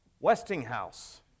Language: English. Westinghouse